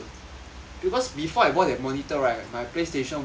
because before I bought that monitor right my playstation was in